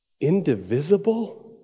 Indivisible